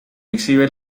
exhibe